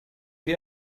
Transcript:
wie